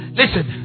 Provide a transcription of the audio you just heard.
listen